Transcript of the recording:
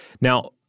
Now